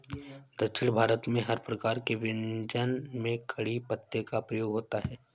दक्षिण भारत में हर प्रकार के व्यंजन में कढ़ी पत्ते का प्रयोग होता है